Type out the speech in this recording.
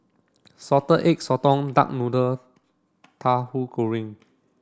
Salted Egg Sotong Duck Noodle Tahu Goreng